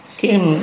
kim